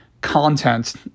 content